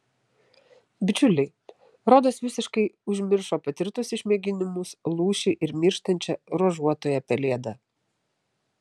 bičiuliai rodos visiškai užmiršo patirtus išmėginimus lūšį ir mirštančią ruožuotąją pelėdą